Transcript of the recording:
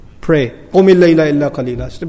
Pray